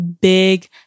big